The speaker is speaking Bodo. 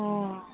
अ